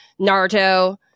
Naruto